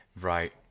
Right